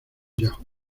yahoo